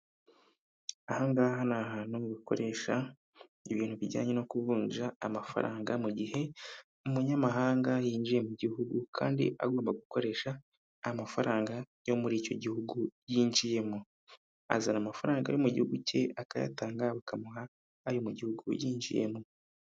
Aha ngaha ni ahantu mukoresha ibintu bijyanye no kuvunja amafaranga mu gihe umunyamahanga yinjiye mu gihugu kandi agomba gukoresha amafaranga yo muri icyo gihugu yinjiyemo, azana amafaranga yo mu gihugu cye akayatanga bakamuha ayo mu gihugu yinjiyemo.